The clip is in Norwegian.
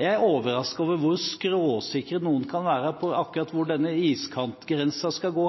Jeg er overrasket over hvor skråsikre noen kan være på akkurat hvor den iskantgrensen skal gå.